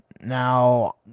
Now